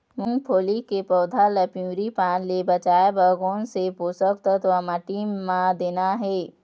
मुंगफली के पौधा ला पिवरी पान ले बचाए बर कोन से पोषक तत्व माटी म देना हे?